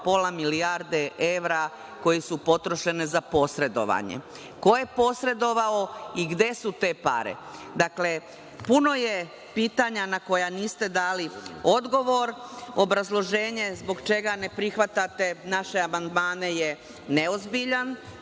pola milijarde evra koje su potrošene za posredovanje? Ko je posredovao i gde su te pare? Dakle, puno je pitanja na koja niste dali odgovor. Obrazloženje zbog čega ne prihvatate naše amandmane je neozbiljno